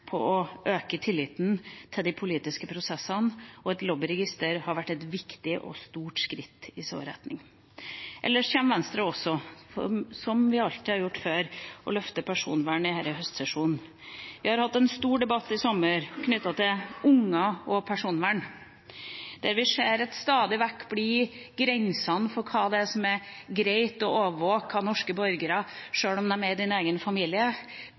på å øke tilliten til de politiske prosessene, og et lobbyregister hadde vært et viktig og stort skritt i den retning. Ellers kommer Venstre også til, som vi alltid har gjort før, å løfte personvernet i denne høstsesjonen. Vi hadde en stor debatt i sommer knyttet til unger og personvern, der vi har sett at grensene for når det er greit å overvåke norske borgere, sjøl om de er i ens egen familie,